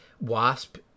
wasp